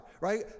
right